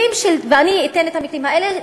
ואתן את המקרים האלה,